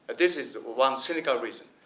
this is one cynical reason.